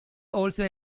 also